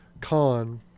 Khan